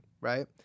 Right